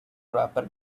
wrapper